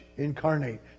incarnate